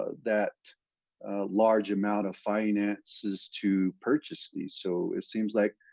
ah that large amount of finances to purchase these, so it seems like,